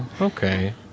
Okay